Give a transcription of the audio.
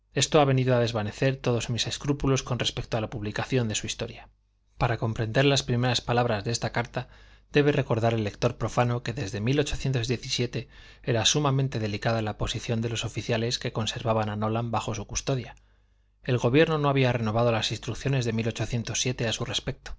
esto ha venido a desvanecer todos mis escrúpulos con respecto a la publicación de su historia para comprender las primeras palabras de esta carta debe recordar el lector profano que desde era sumamente delicada la posición de los oficiales que conservaban a nolan bajo su custodia el gobierno no había renovado las instrucciones de a su respecto